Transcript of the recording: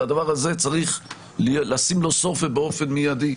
צריך לשים סוף לדבר הזה ובאופן מידי,